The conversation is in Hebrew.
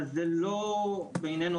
אבל בינינו,